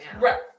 Right